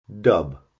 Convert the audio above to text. dub